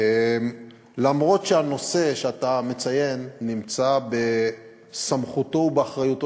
אף-על-פי שהנושא שאתה מציין הוא בסמכותו ובאחריותו